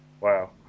Wow